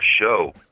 show